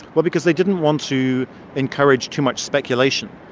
well, because they didn't want to encourage too much speculation.